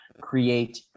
create